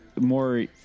more